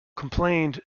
complained